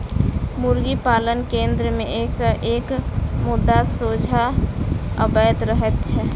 मुर्गी पालन केन्द्र मे एक सॅ एक मुद्दा सोझा अबैत रहैत छै